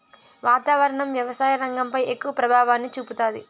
వాతావరణం వ్యవసాయ రంగంపై ఎక్కువ ప్రభావాన్ని చూపుతాది